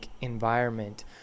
environment